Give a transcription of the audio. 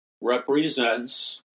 represents